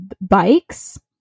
bikes